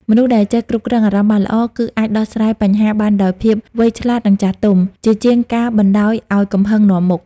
មនុស្សដែលចេះគ្រប់គ្រងអារម្មណ៍បានល្អ គឺអាចដោះស្រាយបញ្ហាបានដោយភាពវៃឆ្លាត និងចាស់ទុំ ជាជាងការបណ្តោយឲ្យកំហឹងនាំមុខ។